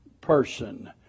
person